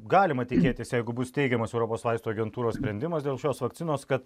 galima tikėtis jeigu bus teigiamas europos vaistų agentūros sprendimas dėl šios vakcinos kad